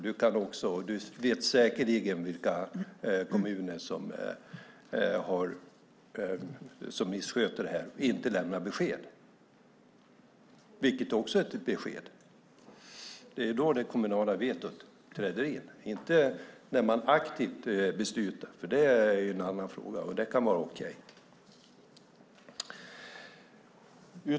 Du vet säkert vilka kommuner som missköter sig och inte lämnar besked, vilket i sig också är ett besked. Det är då det kommunala vetot träder in och inte när man aktivt beslutar. Det är en annan fråga, och det kan vara okej.